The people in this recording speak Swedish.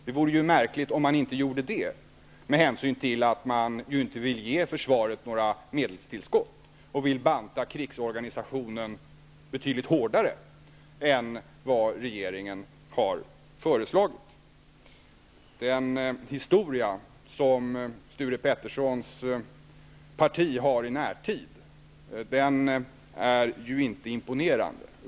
Det vore märkligt om de inte gjorde det, med hänsyn till att de inte vill ge försvaret några medelstillskott och vill banta krigsorganisationen betydligt hårdare än vad regeringen har föreslagit. Den historia som Sture Ericsons parti har i närtid är inte imponerande.